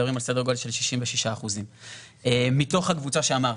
מדברים על סדר גודל של 66%. מתוך הקבוצה שאמרתי,